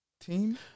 team